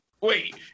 wait